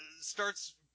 starts